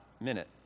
minute